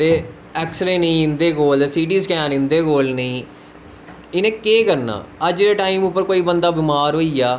x ray नेंई इंदे कोल सिटीस्कैन नेंई इंदे कोल इनें कोेह् करना अज्ज दे टाईम पर कोई बमार होई जा